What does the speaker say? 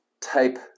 type